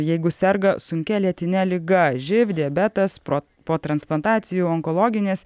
jeigu serga sunkia lėtine liga živ diabetas pro po transplantacijų onkologinės